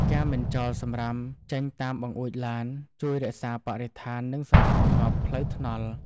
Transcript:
ការមិនចោលសម្រាមចេញតាមបង្អួចឡាន ជួយរក្សាបរិស្ថាន និងសណ្តាប់ធ្នាប់ផ្លូវថ្នល់។